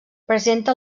presenta